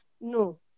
no